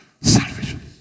Salvation